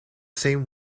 same